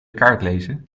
kaartlezen